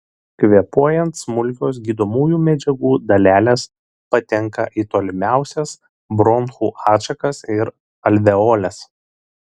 kvėpuojant smulkios gydomųjų medžiagų dalelės patenka į tolimiausias bronchų atšakas ir alveoles